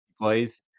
plays